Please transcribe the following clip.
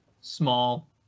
small